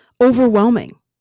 overwhelming